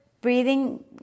breathing